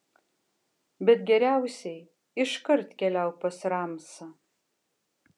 bet geriausiai iškart keliauk pas ramsą